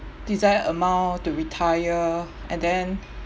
desired amount to retire and then